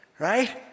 right